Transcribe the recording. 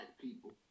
people